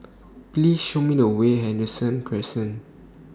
Please Show Me The Way Henderson Crescent